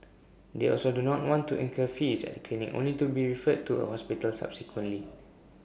they also do not want to incur fees at A clinic only to be referred to A hospital subsequently